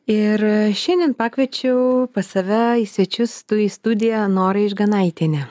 ir šiandien pakviečiau pas save į svečius tu į studiją norą išganaitienę